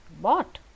bought